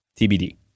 TBD